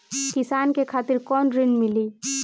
किसान के खातिर कौन ऋण मिली?